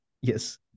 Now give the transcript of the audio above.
Yes